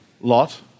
Lot